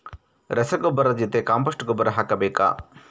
ರಸಗೊಬ್ಬರದ ಜೊತೆ ಕಾಂಪೋಸ್ಟ್ ಗೊಬ್ಬರ ಹಾಕಬೇಕಾ?